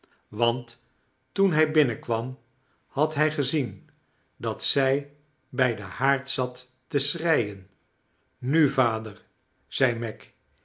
want toen liij binnenkwam had hij gezien dat zij bij den haard zat te schreien nuj vader zei meg